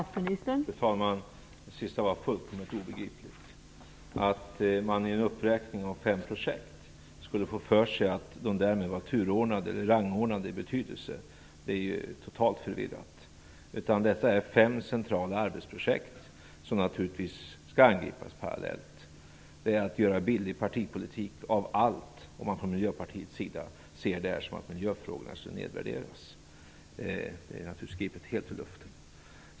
Fru talman! Det sista var fullkomligt obegripligt. Att man i en uppräkning av fem projekt skulle få för sig att de därmed var turordnade eller rangordnade i betydelse är totalt förvirrat. Detta är fem centrala arbetsprojekt som naturligtvis skall angripas parallellt. Det är att göra billig partipolitik av allt om Miljöpartiet ser detta som att miljöfrågorna skulle nedvärderas. Det är naturligtvis gripet helt ur luften.